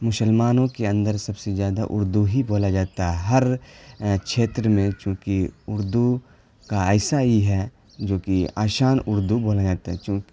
مسلمانوں کے اندر سب سے زیادہ اردو ہی بولا جاتا ہے ہر چھیتر میں چونکہ اردو کا ایسا ہی ہے جو کہ آسان اردو بولا جاتا ہے چوں